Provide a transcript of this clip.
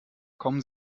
kommen